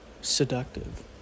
seductive